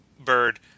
Bird